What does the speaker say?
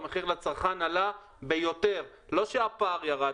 והמחיר לצרכן עלה ביותר לא שהפער ירד,